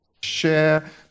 share